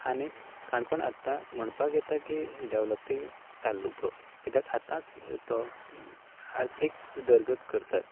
आनीक काणकोण आतां म्हणपाक येता की डेवलोपिंग ताल्लुको किद्याक आतांच तो आर्थीक उदरगत करतात